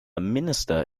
minister